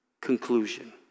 conclusion